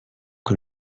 que